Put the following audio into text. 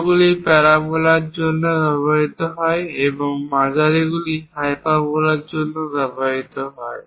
ছোটগুলি parabola জন্য ব্যবহৃত হয় এবং মাঝারিগুলি হাইপারবোলাসের জন্য ব্যবহৃত হয়